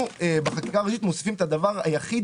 אנחנו בחקיקה ראשית מוסיפים את הדבר היחיד